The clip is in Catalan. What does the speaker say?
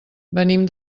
venim